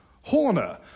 Horner